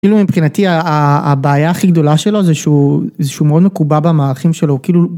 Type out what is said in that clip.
כאילו מבחינתי הבעיה הכי גדולה שלו זה שהוא מאוד מקובע במערכים שלו כאילו.